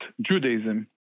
Judaism